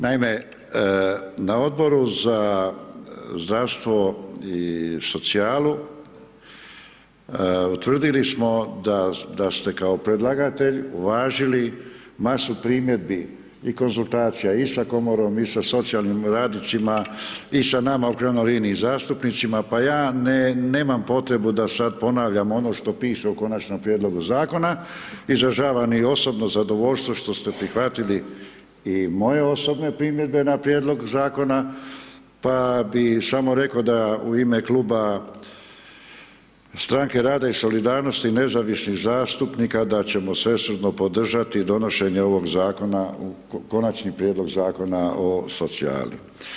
Naime, na Odboru za zdravstvo i socijalu utvrdili smo da ste kao predlagatelj uvažili masu primjedbi i konzultacija i sa Komorom, i sa socijalnim radnicima i sa nama u krajnjoj liniji, zastupnicima, pa ja nemam potrebu da sad ponavljam ono što piše u Konačnom prijedlogu Zakona, izražavam i osobno zadovoljstvo što ste prihvatili i moje osobne primjedbe na prijedlog Zakona, pa bi samo rekao da u ime kluba Stranke rada i solidarnosti nezavisnih zastupnika da ćemo svesrdno podržati donošenje ovog Zakona, Konačni prijedlog Zakona o socijali.